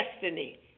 destiny